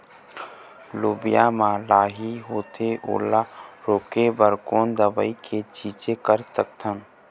लोबिया मा लाही होथे ओला रोके बर कोन दवई के छीचें कर सकथन?